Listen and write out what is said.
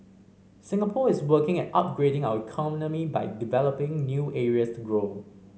Singapore is working at upgrading our economy by developing new areas to grow